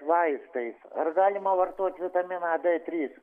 vaistais ar galima vartoti vitaminą d trys